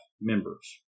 members